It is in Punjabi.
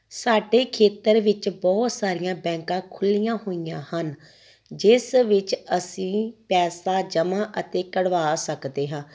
ਸਾਡੇ ਖੇਤਰ ਵਿੱਚ ਬਹੁਤ ਸਾਰੀਆਂ ਬੈਂਕਾਂ ਖੁੱਲ੍ਹੀਆਂ ਹੋਈਆਂ ਹਨ ਜਿਸ ਵਿੱਚ ਅਸੀਂ ਪੈਸਾ ਜਮ੍ਹਾਂ ਅਤੇ ਕੱਢਵਾ ਸਕਦੇ ਹਾਂ